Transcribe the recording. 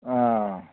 آ